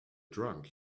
drunk